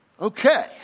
Okay